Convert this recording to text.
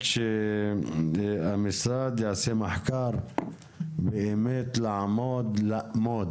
שמשרד הבריאות יעשה מחקר כדי לאמוד